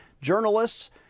journalists